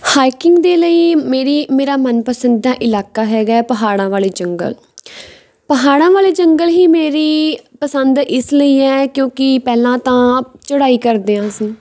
hiking ਦੇ ਲਈ ਮੇਰੀ ਮੇਰਾ ਮਨ ਪਸੰਦ ਦਾ ਇਲਾਕਾ ਹੈਗਾ ਪਹਾੜਾਂ ਵਾਲੇ ਜੰਗਲ ਪਹਾੜਾਂ ਵਾਲੇ ਜੰਗਲ ਹੀ ਮੇਰੀ ਪਸੰਦ ਇਸ ਲਈ ਹੈ ਕਿਉਂਕਿ ਪਹਿਲਾਂ ਤਾਂ ਚੜਾਈ ਕਰਦੇ ਹਾਂ ਅਸੀਂ